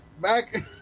Back